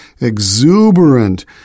exuberant